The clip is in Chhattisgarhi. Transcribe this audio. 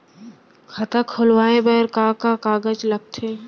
खाता खोलवाये बर का का कागज ल लगथे?